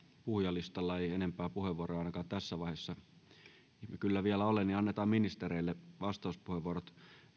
puhujalistalla ei ei enempää puheenvuoroja ainakaan tässä vaiheessa ihme kyllä vielä ole niin annetaan ministereille vastauspuheenvuorot